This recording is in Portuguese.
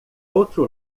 outro